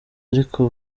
ariko